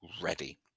ready